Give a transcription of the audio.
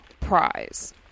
prize